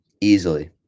Easily